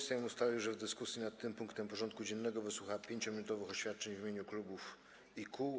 Sejm ustalił, że w dyskusji nad tym punktem porządku dziennego wysłucha 5-minutowych oświadczeń w imieniu klubów i kół.